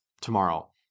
tomorrow